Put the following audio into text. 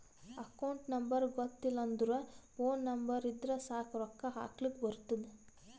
account number ಗೊತ್ತಿಲ್ಲ ಅಂದುರ್ phone number ಇದ್ದುರ್ ಸಾಕ್ ರೊಕ್ಕಾ ಹಾಕ್ಲಕ್ ಬರ್ತುದ್